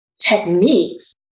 techniques